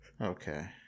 Okay